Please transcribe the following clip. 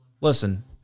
Listen